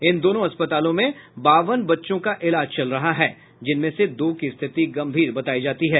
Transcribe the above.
इन दोनों अस्पताल में बावन बच्चों का इलाज चल रहा है जिनमें दो की स्थिति गम्भीर बतायी जाती है